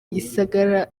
igisagara